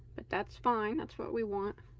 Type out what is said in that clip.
but that's fine. that's what we want